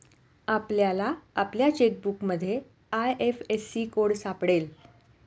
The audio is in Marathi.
आपल्याला आपल्या चेकबुकमध्ये आय.एफ.एस.सी कोड सापडेल